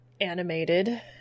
animated